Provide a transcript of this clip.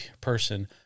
person